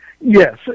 Yes